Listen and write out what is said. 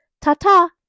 Ta-ta